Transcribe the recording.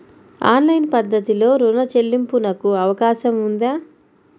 Online పద్ధతిలో రుణ చెల్లింపునకు అవకాశం ఉందా?